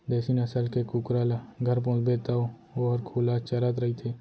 देसी नसल के कुकरा ल घर पोसबे तौ वोहर खुल्ला चरत रइथे